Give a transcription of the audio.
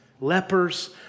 Lepers